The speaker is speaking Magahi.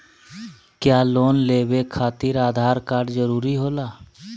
क्या लोन लेवे खातिर आधार कार्ड जरूरी होला?